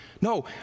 No